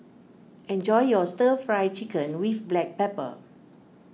Enjoy your Stir Fry Chicken with Black Pepper